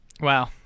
Wow